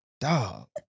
dog